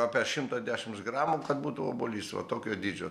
apie šimtą dešimts gramų kad būtų obuolys va tokio dydžio